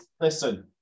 Listen